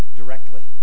directly